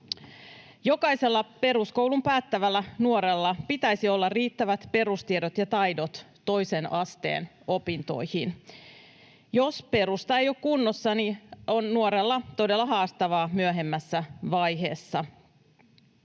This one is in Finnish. Jokaisella peruskoulun päättävällä nuorella pitäisi olla riittävät perustiedot ja ‑taidot toisen asteen opintoihin. Jos perusta ei ole kunnossa, on nuorella todella haastavaa myöhemmässä vaiheessa.